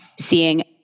seeing